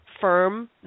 firm